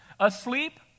asleep